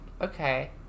Okay